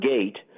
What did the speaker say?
Gate